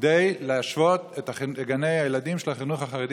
כדי להשוות את גני הילדים של החינוך החרדי